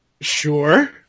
Sure